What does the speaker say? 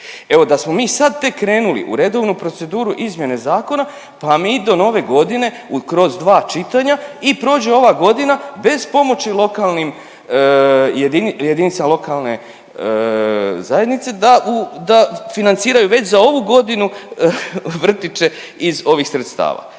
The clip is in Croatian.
Evo da smo mi sad tek krenuli u redovnu proceduru izmjene zakona pa mi do Nove godine kroz dva čitanja i prođe ova godina bez pomoći lokalnim jedinicama lokalne zajednice da financiraju već za ovu godinu vrtiće iz ovih sredstava.